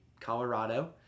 Colorado